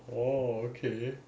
orh okay